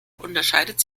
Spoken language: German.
unterscheidet